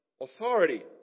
authority